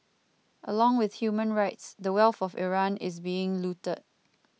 along with human rights the wealth of Iran is being looted